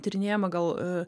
tyrinėjama gal